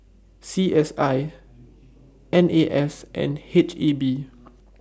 C S I N A S and H E B